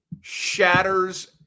shatters